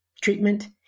treatment